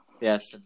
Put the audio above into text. yes